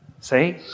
See